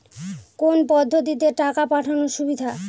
কোন পদ্ধতিতে টাকা পাঠানো সুবিধা?